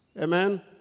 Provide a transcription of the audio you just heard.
Amen